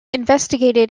investigated